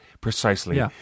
precisely